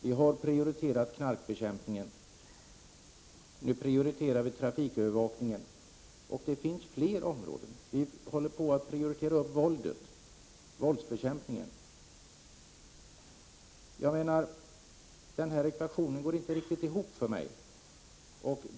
Vi har prioriterat knarkbekämpningen, och nu prioriterar vi trafikövervakningen. Det finns fler angelägna områden. Vi prioriterar våldsbekämpningen. Denna ekvation går inte riktigt ihop för mig.